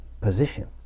position